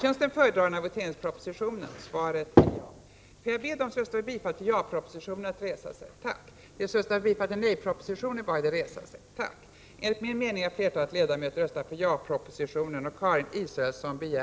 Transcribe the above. I Chile hungerstrejkar för närvarande ett antal fångar i protest mot Pinochet-juntans förföljelser, tortyr, mord och mot försvinnanden.